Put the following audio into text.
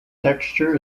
texture